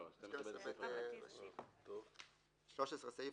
(13)סעיף